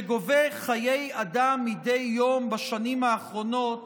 שגובה חיי אדם מדי יום בשנים האחרונות,